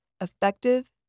effective